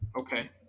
Okay